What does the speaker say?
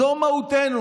זו מהותנו.